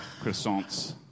Croissants